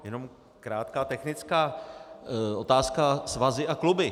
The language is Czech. Jenom krátká technická otázka svazy a kluby.